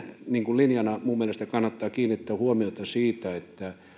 linjana minun mielestäni kannattaa kiinnittää huomiota siihen että kun